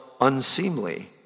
unseemly